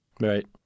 Right